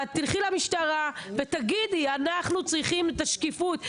את תלכי למשטרה ותגידי: אנחנו צריכים את השקיפות.